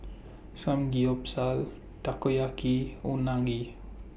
Samgeyopsal Takoyaki and Unagi